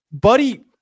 Buddy